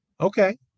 Okay